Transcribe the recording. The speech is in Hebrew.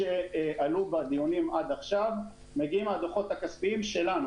שעלו בדיונים עד עכשיו מגיעים הדוחות הכספיים שלנו,